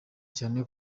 cyane